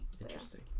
Interesting